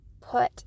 put